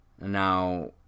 Now